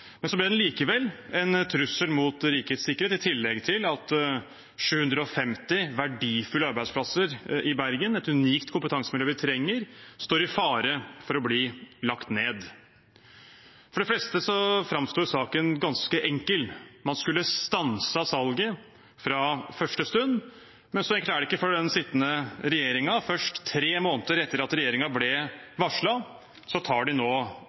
men så ble den likevel en trussel mot rikets sikkerhet, i tillegg til at 750 verdifulle arbeidsplasser i Bergen, et unikt kompetansemiljø vi trenger, står i fare for å bli lagt ned. For de fleste framstår saken ganske enkel, man skulle stanset salget fra første stund, men så enkelt er det ikke for den sittende regjeringen. Først tre måneder etter at regjeringen ble varslet, tar de nå